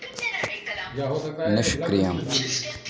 निष्क्रियम्